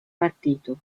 partito